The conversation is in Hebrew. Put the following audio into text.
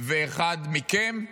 ואחד מכם,